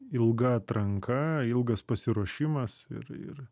ilga atranka ilgas pasiruošimas ir ir